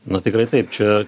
na tikrai taip čia